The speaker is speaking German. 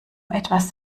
etwas